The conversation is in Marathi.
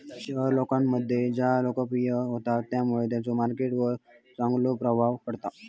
शेयर लोकांमध्ये ज्यादा लोकप्रिय होतत त्यामुळे त्यांचो मार्केट वर चांगलो प्रभाव पडता